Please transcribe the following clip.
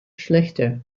schlechter